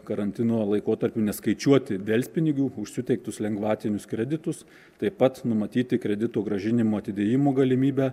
karantino laikotarpiu neskaičiuoti delspinigių už suteiktus lengvatinius kreditus taip pat numatyti kredito grąžinimo atidėjimo galimybę